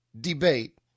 debate